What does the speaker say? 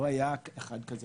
לא היה אף אחד כזה